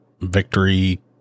Victory